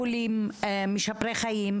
"טיפולים משפרי חיים,